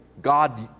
God